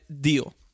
deal